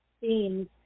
themes